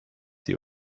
sie